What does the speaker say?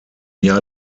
jahr